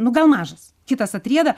nu gal mažas kitas atrieda